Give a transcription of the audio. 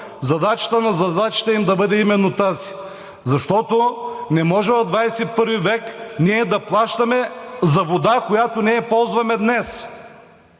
задачата на задачите им да бъде именно тази. Защото не може в XXI век ние да плащаме за вода, която не я ползваме днес.